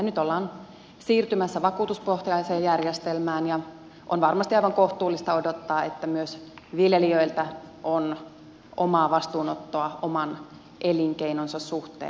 nyt ollaan siirtymässä vakuutuspohjaiseen järjestelmään ja on varmasti aivan kohtuullista odottaa myös viljelijöiltä omaa vastuunottoa oman elinkeinonsa suhteen